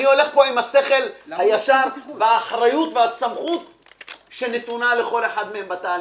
אני הולך עם השכל הישר והסמכות שנתונה לכל אחד מהם בתהליך.